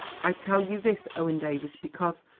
i tell you this, owen davies, because,